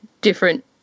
different